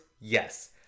Yes